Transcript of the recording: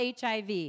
HIV